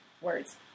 Words